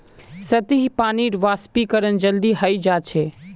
सतही पानीर वाष्पीकरण जल्दी हय जा छे